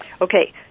Okay